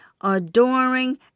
adoring